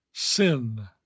Sin